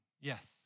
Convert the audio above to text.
Yes